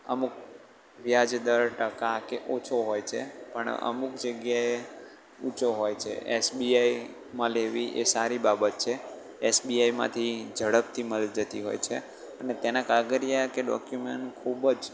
અમુક વ્યાજદર ટકા કે ઓછો હોય છે પણ અમુક જગ્યાએ ઊંચો હોય છે એસબીઆઇમાં લેવી એ સારી બાબત છે એસબીઆઇમાંથી ઝડપથી મળી જતી હોય છે અને તેના કાગળિયા કે ડોક્યુમેન્ટ ખૂબ જ